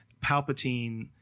Palpatine